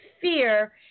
fear